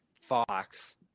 Fox